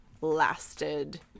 lasted